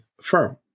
firm